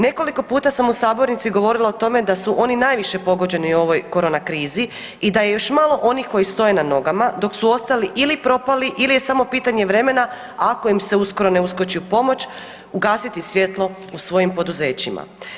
Nekoliko puta sam u sabornici govorila o tome da su oni najviše pogođeni u ovoj corona krizi i da je još malo onih koji stoje na nogama dok su ostali ili propali ili je samo pitanje vremena ako im se uskoro ne uskoči u pomoć gasiti svjetlo u svojim poduzećima.